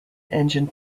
engine